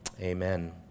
amen